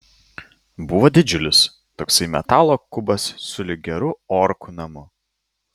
buvo didžiulis toksai metalo kubas sulig geru orkų namu